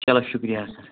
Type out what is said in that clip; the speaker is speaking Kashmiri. چلو شُکریہ